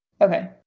Okay